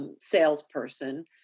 salesperson